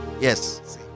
Yes